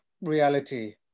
reality